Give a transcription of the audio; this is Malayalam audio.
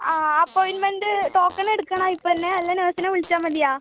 ആ അപ്പോയിൻമെൻറ്റ് ടോക്കൺ എടുക്കണോ ഇപ്പം തന്നെ അല്ലെൽ നഴ്സിനെ വിളിച്ചാൽ മതിയോ